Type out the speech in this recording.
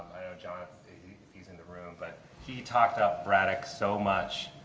john he's in the room. but he talked up braddock so much.